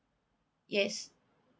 yes